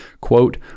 quote